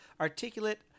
articulate